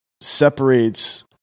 separates